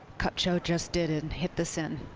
cup show just did and hit this in.